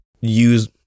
use